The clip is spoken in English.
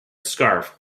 scarf